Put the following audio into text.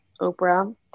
oprah